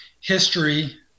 history